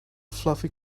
fluffy